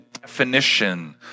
definition